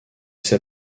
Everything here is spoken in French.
sait